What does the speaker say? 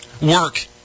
Work